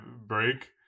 break